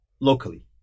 locally